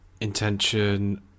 intention